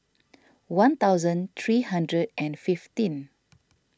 one thousand three hundred and fifteen